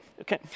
okay